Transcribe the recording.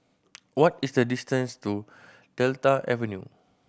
what is the distance to Delta Avenue